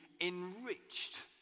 enriched